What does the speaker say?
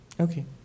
Okay